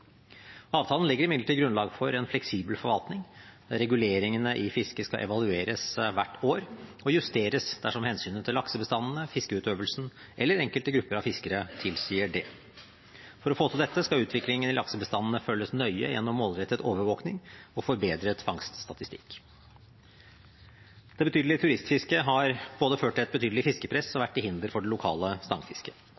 Avtalen legger imidlertid grunnlag for en fleksibel forvaltning. Reguleringene i fisket skal evalueres hvert år og justeres dersom hensynet til laksebestandene, fiskeutøvelsen eller enkelte grupper av fiskere tilsier det. For å få til dette skal utviklingen i laksebestandene følges nøye gjennom målrettet overvåkning og forbedret fangststatistikk. Det betydelige turistfisket har både ført til et betydelig fiskepress og